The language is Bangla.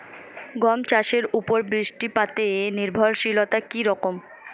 গম চাষের উপর বৃষ্টিপাতে নির্ভরশীলতা কী রকম?